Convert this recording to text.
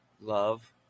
love